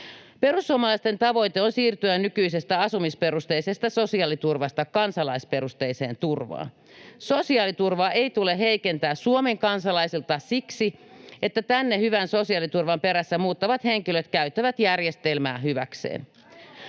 Perussuomalaisten tavoite on siirtyä nykyisestä asumisperusteisesta sosiaaliturvasta kansalaisuusperusteiseen turvaan. Sosiaaliturvaa ei tule heikentää Suomen kansalaisilta siksi, että tänne hyvän sosiaaliturvan perässä muuttavat henkilöt käyttävät järjestelmää hyväkseen.